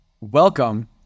Welcome